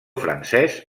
francès